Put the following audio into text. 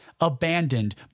abandoned